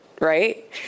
right